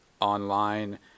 online